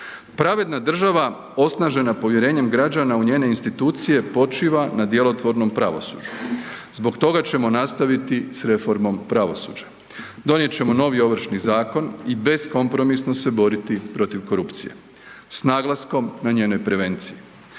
Pravedna država osnažena povjerenjem građana u njene institucije počiva na djelotvornom pravosuđu. Zbog toga ćemo nastaviti s reformom pravosuđa, donijet ćemo novi Ovršni zakon i beskompromisno se boriti protiv korupcije s naglaskom na njene prevencije.